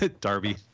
Darby